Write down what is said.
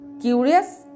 curious